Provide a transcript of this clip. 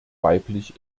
weiblich